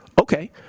Okay